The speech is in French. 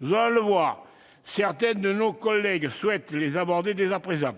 Nous allons le voir, certains de nos collègues souhaitent les aborder dès à présent.